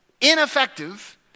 ineffective